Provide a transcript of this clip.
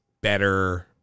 better